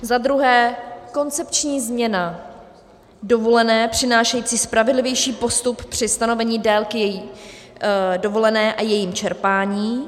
Za druhé, koncepční změna dovolené přinášející spravedlivější postup při stanovení délky dovolené a jejím čerpání.